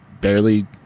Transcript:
barely